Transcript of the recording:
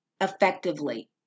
effectively